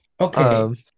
Okay